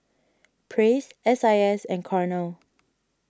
Praise S I S and Cornell